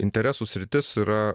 interesų sritis yra